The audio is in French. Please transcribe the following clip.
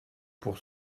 pour